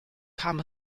kam